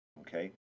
okay